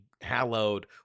hallowed